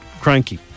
cranky